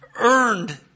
earned